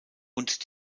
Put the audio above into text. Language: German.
und